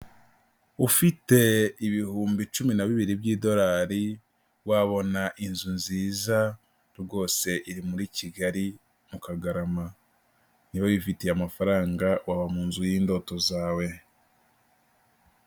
Ufite ibihumbi cumi na bibiri by'idolari, wabona inzu nziza rwose iri muri Kigali mu Kagarama, niba wifitiye amafaranga, waba mu nzu y'indoto zawe.